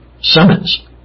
summons